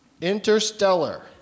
Interstellar